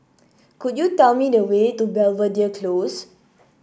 could you tell me the way to Belvedere Close